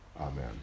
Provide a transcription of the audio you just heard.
Amen